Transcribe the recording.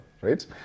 right